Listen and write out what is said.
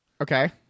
Okay